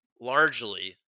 largely